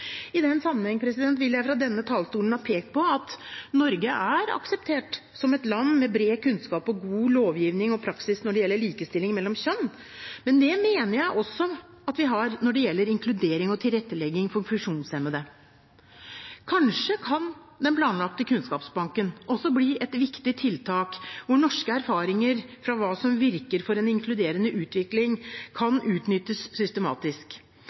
I den sammenheng vil jeg fra denne talerstolen ha pekt på at Norge er akseptert som et land med bred kunnskap og god lovgivning og praksis når det gjelder likestilling mellom kjønnene. Men det mener jeg også at vi har når det gjelder inkludering og tilrettelegging for funksjonshemmede. Kanskje kan den planlagte kunnskapsbanken også bli et viktig tiltak hvor norske erfaringer fra hva som virker for en inkluderende utvikling, kan utnyttes systematisk.